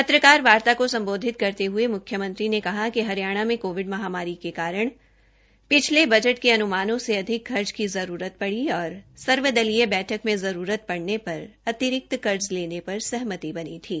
पत्रकारवार्ता को सम्बोधित करते हये मुख्यमंत्री ने कहा कि हरियाणा में कोविड महामारी के कारण पिछले बजट के अन्मानों से अधिक खर्च की जरूरत पड़ी और सर्वदलीय बैठक में जरूरत पड़वे पर अतिरिक्त कर्ज लेने पर सहमति बनी थी